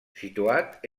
situat